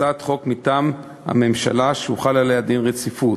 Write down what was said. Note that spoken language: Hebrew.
הצעת חוק מטעם הממשלה, שהוחל עליה דין רציפות.